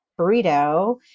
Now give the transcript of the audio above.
burrito